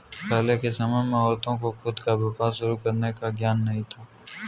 पहले के समय में औरतों को खुद का व्यापार शुरू करने का ज्ञान ही नहीं था